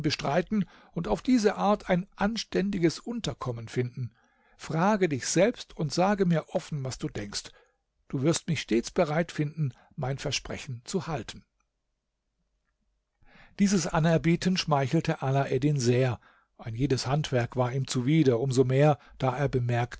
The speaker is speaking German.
bestreiten und auf diese art ein anständiges unterkommen finden frage dich selbst und sage mir offen was du denkst du wirst mich stets bereit finden mein versprechen zu halten dieses anerbieten schmeichelte alaeddin sehr ein jedes handwerk war ihm zuwider um so mehr da er bemerkt